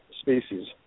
species